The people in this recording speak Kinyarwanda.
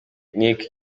nic